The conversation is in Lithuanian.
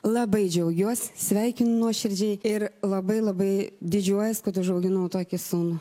labai džiaugiuosi sveikinu nuoširdžiai ir labai labai didžiuojuosi kad užauginau tokį sūnų